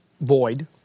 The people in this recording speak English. void